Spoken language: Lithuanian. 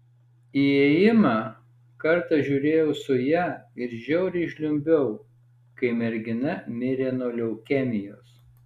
įėjimą kartą žiūrėjau su ja ir žiauriai žliumbiau kai mergina mirė nuo leukemijos